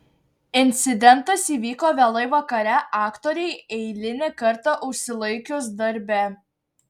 incidentas įvyko vėlai vakare aktorei eilinį kartą užsilaikius darbe